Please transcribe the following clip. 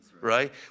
right